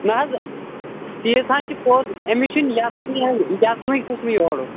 نہَ حظ تیٖژ ہن چھُ پوٚز أمِس چھُ ویٚژنٕے حظ ویٚژنٕے چھُس نہٕ یورُک